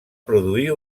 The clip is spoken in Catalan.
produir